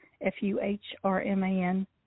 F-U-H-R-M-A-N